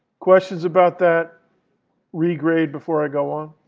questions about that regrade before i go on?